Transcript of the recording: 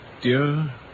dear